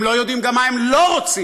הם לא יודעים גם מה הם לא רוצים.